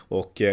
och